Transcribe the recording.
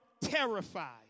terrified